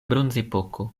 bronzepoko